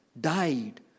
died